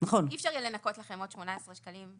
אי אפשר יהיה לנכות לכם עוד 18 שקלים.